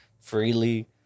freely